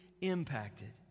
impacted